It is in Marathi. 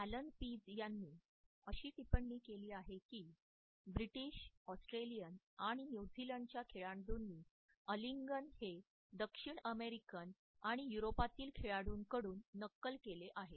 ऍलन पीझ यांनी अशी टिप्पणी केली आहे की ब्रिटिश ऑस्ट्रेलियन आणि न्यूझीलंडच्या खेळाडूंनी आलिंगन हे दक्षिण अमेरिकन आणि युरोपातील खेळाडूंकडून नक्कल केले आहे